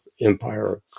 empire